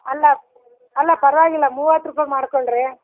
ಅಲ್ಲ ಅಲ್ಲ ಪರವಾಗಿಲ್ಲ ಮೂವತ್ತು ರೂಪಾಯಿ ಮಾಡ್ಕೊಳ್ರೀ